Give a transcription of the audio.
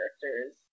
characters